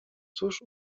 cóż